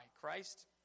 Christ